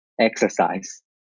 exercise